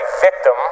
victim